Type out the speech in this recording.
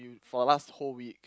for the last whole week